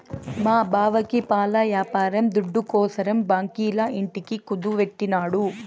మా బావకి పాల యాపారం దుడ్డుకోసరం బాంకీల ఇంటిని కుదువెట్టినాడు